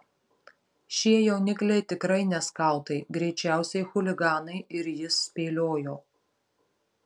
šie jaunikliai tikrai ne skautai greičiausiai chuliganai ir jis spėliojo